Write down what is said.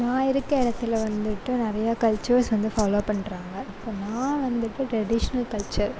நான் இருக்க இடத்துல வந்துவிட்டு நிறைய கல்ச்சர்ஸ் வந்து ஃபாலோ பண்ணுறாங்க இப்போ நான் வந்துவிட்டு ட்ரெடிஷ்னல் கல்ச்சர்